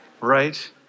Right